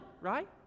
right